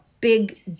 big